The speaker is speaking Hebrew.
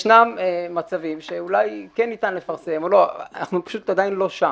ישנם מצבים שאולי כן ניתן לפרסם או לא אנחנו פשוט עדיין לא שם.